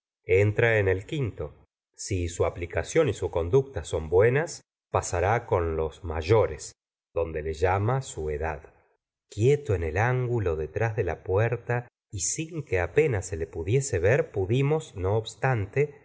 entra en el quinto si su aplicación y su conducta son buenas pasará con los mayores donde le llama su edad quieto en el ángulo detrás de la puerta y sin que apenas se le pudiese ver pudimos no obstante